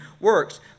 works